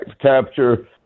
capture